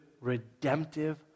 redemptive